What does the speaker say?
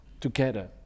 Together